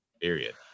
period